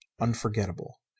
unforgettable